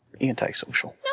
Antisocial